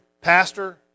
pastor